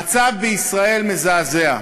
המצב בישראל מזעזע.